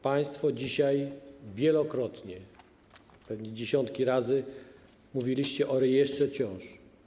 Państwo dzisiaj wielokrotnie, pewnie dziesiątki razy mówiliście o rejestrze ciąż.